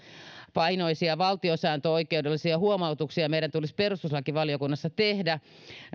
painoisia valtiosääntöoikeudellisia huomautuksia meidän tulisi perustuslakivaliokunnassa tehdä